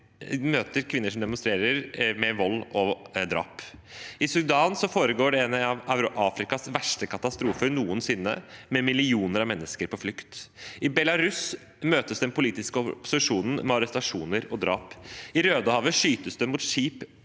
møtes kvinner som demonstrerer, med vold og drap. I Sudan foregår en av Afrikas verste katastrofer noensinne, med millioner av mennesker på flukt. I Belarus møtes den politiske opposisjonen med arrestasjoner og drap. I Rødehavet skytes det mot skip